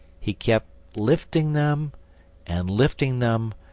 he kept lifting them and lifting them,